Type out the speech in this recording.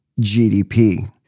GDP